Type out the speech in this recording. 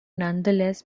nonetheless